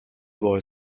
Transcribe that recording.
boy